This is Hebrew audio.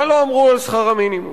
מה לא אמרו על שכר המינימום?